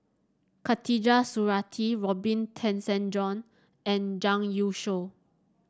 Khatijah Surattee Robin Tessensohn and Zhang Youshuo